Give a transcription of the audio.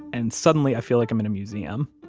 and suddenly i feel like i'm in a museum.